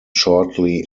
shortly